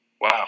wow